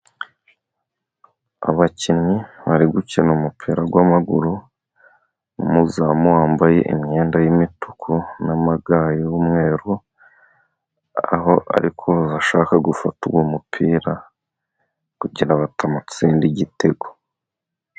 Abakinnyi bari gukina umupira w'amaguru, umuzamu wambaye imyenda y'imituku n'amaga y'umweru, aho ari kuza ashaka gufata uwo mupira, kugira ngo batamutsinda igitego.